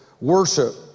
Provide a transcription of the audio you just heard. worship